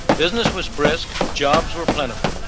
business was brisk, jobs were plentiful,